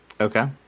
Okay